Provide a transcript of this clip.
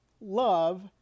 Love